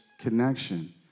connection